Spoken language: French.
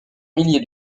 milliers